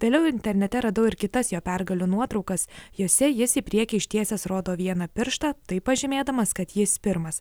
vėliau internete radau ir kitas jo pergalių nuotraukas jose jis į priekį ištiesęs rodo vieną pirštą taip pažymėdamas kad jis pirmas